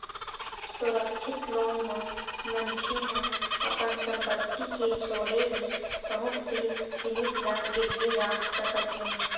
सुरक्छित लोन म मनखे ह अपन संपत्ति के छोड़े भी बहुत से जिनिस ल गिरवी राख सकत हे